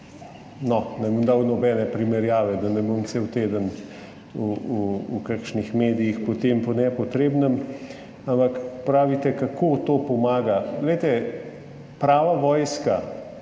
ne bom dal nobene primerjave, da ne bom potem cel teden v kakšnih medijih po nepotrebnem. Ampak sprašujete, kako to pomaga. Prava vojska